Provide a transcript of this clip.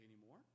anymore